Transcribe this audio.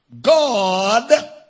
God